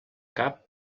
cap